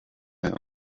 owned